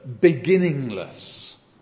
beginningless